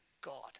God